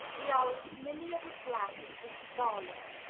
we are as familiar with black as with scarlet,